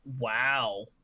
Wow